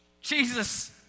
Jesus